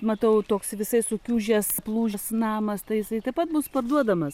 matau toks visai sukiužęs plūžęs namas tai jisai taip pat bus parduodamas